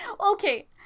okay